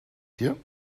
dir